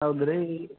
ಹೌದು ರೀ